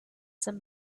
some